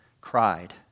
cried